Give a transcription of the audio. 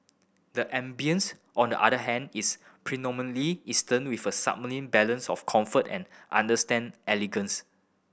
the ambience on the other hand is predominantly eastern with a sublime balance of comfort and understand elegance